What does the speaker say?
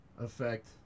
effect